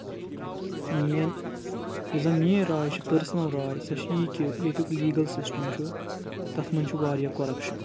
میٲنۍ یُس زَن میٲنۍ راے چھِ پٔرسٕنَل راے سۄ چھِ یی کہِ ییٚتیُک لیٖگل سِسٹَم چھُ تَتھ منٛز چھُ واریاہ کۄرپشَن